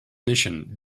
mission